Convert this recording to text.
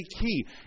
key